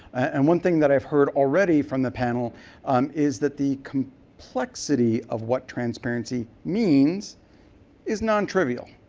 and one thing that i heard already from the panel um is that the complexity of what transparency means is nontrivial.